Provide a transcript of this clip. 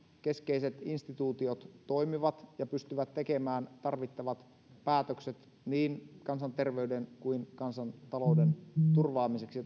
keskeiset instituutiot toimivat ja pystyvät tekemään tarvittavat päätökset niin kansanterveyden kuin kansantalouden turvaamiseksi